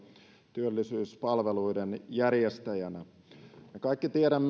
työllisyyspalveluiden järjestäjänä me kaikki tiedämme